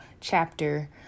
chapter